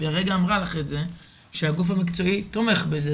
הרגע היא אמרה לך שהגוף המקצועי תומך בזה,